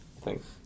Thanks